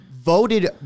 voted